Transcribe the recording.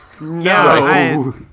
No